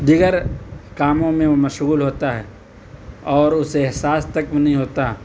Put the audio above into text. دیگر کاموں میں وہ مشغول ہوتا ہے اور اسے احساس تک بھی نہیں ہوتا